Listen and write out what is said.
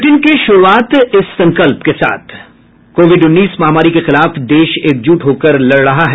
bulletin की शुरूआत इस संकल्प के साथ कोविड उन्नीस महामारी के खिलाफ देश एकजुट होकर लड़ रहा है